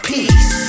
Peace